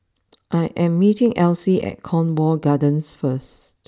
I am meeting Alcie at Cornwall Gardens first